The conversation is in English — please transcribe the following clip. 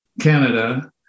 Canada